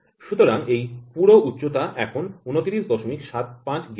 সুতরাং এই পুরো উচ্চতা এখন ২৯৭৫ গেজ